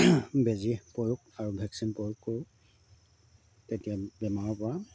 বেজী প্ৰয়োগ আৰু ভেকচিন প্ৰয়োগ কৰোঁ তেতিয়া বেমাৰৰ পৰা